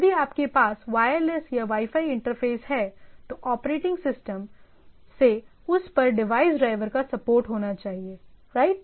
यदि आपके पास वायरलेस या वाई फाई इंटरफ़ेस है तो ऑपरेटिंग सिस्टम से उस पर डिवाइस ड्राइवर का सपोर्ट होना चाहिए राइट